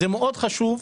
זה מאוד חשוב,